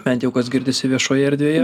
bent jau kas girdisi viešoje erdvėje